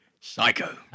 psycho